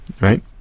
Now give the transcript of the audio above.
right